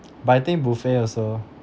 but I think buffet also